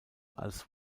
als